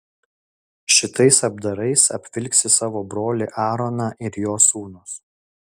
šitais apdarais apvilksi savo brolį aaroną ir jo sūnus